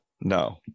No